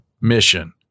mission